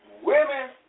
women